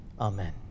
Amen